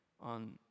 on